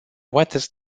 wettest